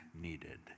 needed